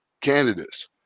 candidates